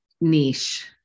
niche